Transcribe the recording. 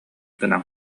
гынан